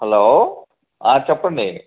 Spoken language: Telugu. హలో చెప్పండి